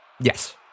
Yes